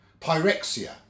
Pyrexia